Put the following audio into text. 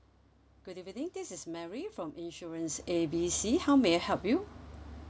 good evening this is mary from insurance A B C how may I help you